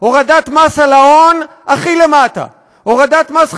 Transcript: הורדת מס על ההון הכי למטה, הורדת מס חברות,